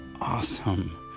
awesome